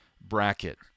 bracket